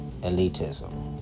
elitism